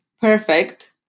perfect